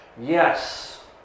Yes